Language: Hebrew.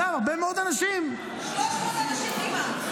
זהו, הרבה מאוד אנשים -- 300 אנשים כמעט.